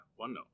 OneNote